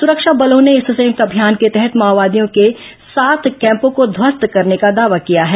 सुरक्षा बलों ने इस संयुक्त अभियान के तहत माओवादियों के सात कैम्पों को ध्वस्त करने का दावा किया है